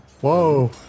Whoa